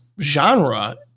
genre